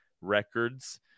Records